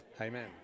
Amen